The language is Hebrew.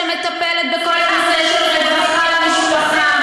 שמטפלת בכל הנושא של רווחה למשפחה,